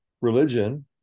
religion